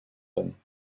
them